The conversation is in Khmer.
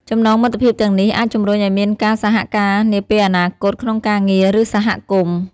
ចំណងមិត្តភាពទាំងនេះអាចជំរុញឲ្យមានការសហការនាពេលអនាគតក្នុងការងារ ឬសហគមន៍។